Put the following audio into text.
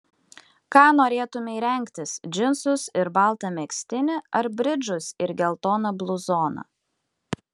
ką norėtumei rengtis džinsus ir baltą megztinį ar bridžus ir geltoną bluzoną